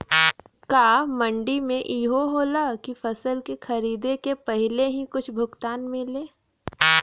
का मंडी में इहो होला की फसल के खरीदे के पहिले ही कुछ भुगतान मिले?